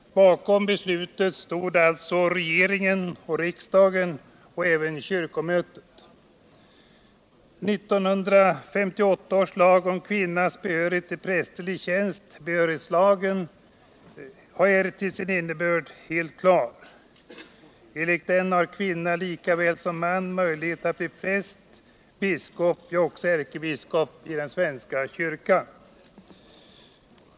Bakom beslutet stod alltså regeringen och riksdagen och även kyrkomötet. 1958 års lag om kvinnas behörighet till prästerlig tjänst — behörighetslagen — är till sin innebörd helt klar. Enligt den har kvinna lika väl som man möjlighet att bli präst, biskop, ja, också ärkebiskop i svenska kyrkan.